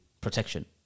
protection